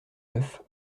neuf